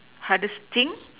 hardest thing